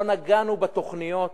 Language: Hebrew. לא נגענו בתוכניות.